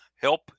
help